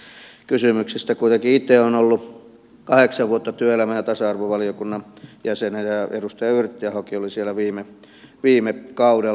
kuitenkin itse olen ollut kahdeksan vuotta työelämä ja tasa arvovaliokunnan jäsen ja edustaja yrttiahokin oli siellä viime kaudella